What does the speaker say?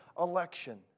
election